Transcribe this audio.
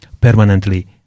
permanently